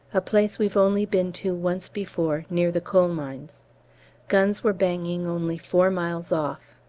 a place we've only been to once before, near the coalmines. guns were banging only four miles off.